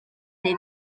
neu